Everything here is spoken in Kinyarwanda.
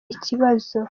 ikibazo